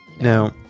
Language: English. now